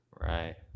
Right